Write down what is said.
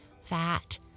fat